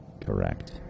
Correct